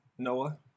Noah